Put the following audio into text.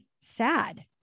sad